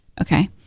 Okay